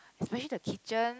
especially the kitchen